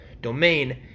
domain